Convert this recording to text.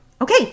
Okay